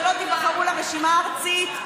כשלא תיבחרו לרשימה הארצית,